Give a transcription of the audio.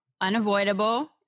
unavoidable